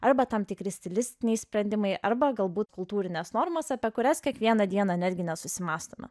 arba tam tikri stilistiniai sprendimai arba galbūt kultūrinės normos apie kurias kiekvieną dieną netgi nesusimąstome